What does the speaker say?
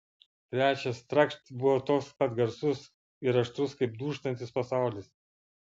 trečias trakšt buvo toks pat garsus ir aštrus kaip dūžtantis pasaulis